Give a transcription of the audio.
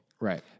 Right